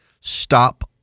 Stop